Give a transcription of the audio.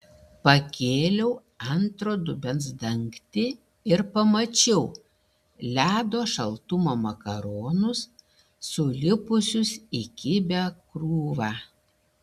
pakėliau antro dubens dangtį ir pamačiau ledo šaltumo makaronus sulipusius į kibią krūvą